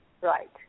right